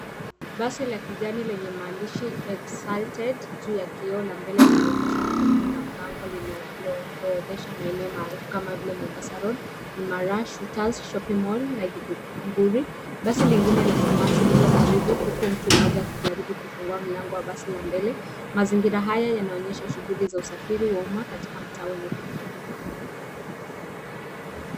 Basi la kijani lenye maandishi Exalted ,juu ya kioo la mbele limeegeshwa kando na bango linaloorodhesha maeneo maarufu kama vile Mombasa road, Imara, Shooters, Shopping mall na Githunguri. Basi lingine la samawati lipo karibu, huku mtu mmoja akijaribu kufungua mlango wa basi la mbele. Mazingira haya yanaonyesha shughuli za usafiri wa umma, katika mtaa wenye pilkapilka.